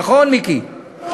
נכון, מיקי?